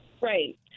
Right